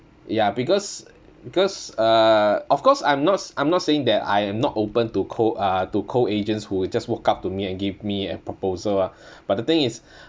ya because because uh of course I'm not s~ I'm not saying that I am not open to cold uh to cold agents who just walk up to me and give me a proposal ah but the thing is